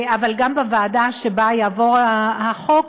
אבל גם בוועדה שבה יעבור החוק,